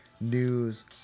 news